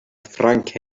frank